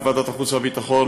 בוועדת החוץ והביטחון,